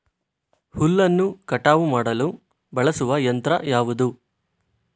ಹುಲ್ಲನ್ನು ಕಟಾವು ಮಾಡಲು ಬಳಸುವ ಯಂತ್ರ ಯಾವುದು?